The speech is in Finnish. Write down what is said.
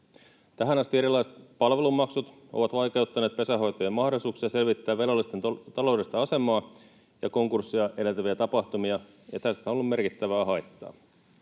Tähän asti erilaiset palvelumaksut ovat vaikeuttaneet pesänhoitajan mahdollisuuksia selvittää velallisten taloudellista asemaa ja konkursseja edeltäviä tapahtumia, ja tästä on ollut merkittävää haittaa.